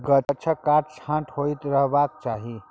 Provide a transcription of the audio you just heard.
गाछक काट छांट होइत रहबाक चाही